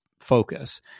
focus